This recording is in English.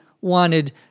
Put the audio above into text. wanted